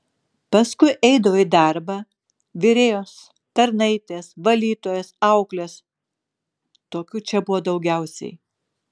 paskui eidavo į darbą virėjos tarnaitės valytojos auklės tokių čia buvo daugiausiai